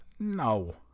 No